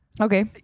Okay